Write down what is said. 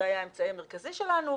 זה היה האמצעי המרכזי שלנו,